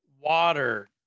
water